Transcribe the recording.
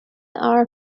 are